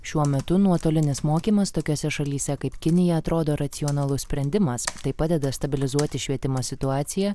šiuo metu nuotolinis mokymas tokiose šalyse kaip kinija atrodo racionalus sprendimas tai padeda stabilizuoti švietimo situaciją